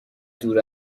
دور